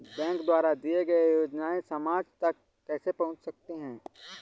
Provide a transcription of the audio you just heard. Bank द्वारा दिए गए योजनाएँ समाज तक कैसे पहुँच सकते हैं?